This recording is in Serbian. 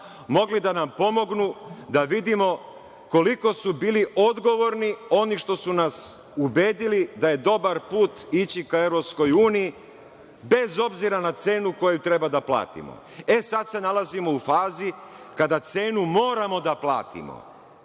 mogli da nam pomognu da vidimo koliko su bili odgovorni oni što su nas ubedili da je dobar put ići ka Evropskoj uniji, bez obzira na cenu koju treba da platimo. E, sada se nalazimo u fazi kada cenu moramo da platimo,